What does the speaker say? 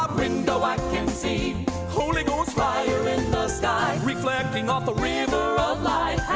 window i can see holy ghost fire sky reflecting off the river of life